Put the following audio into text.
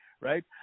right